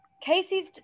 Casey's